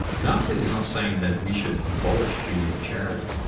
lao-tzu is not saying that we should abolish duty or charity.